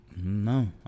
No